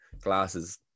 glasses